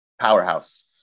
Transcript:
powerhouse